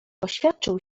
oświadczył